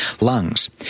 lungs